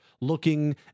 looking